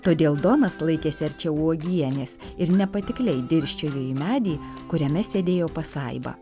todėl donas laikėsi arčiau uogienės ir nepatikliai dirsčiojo į medį kuriame sėdėjo pasaiba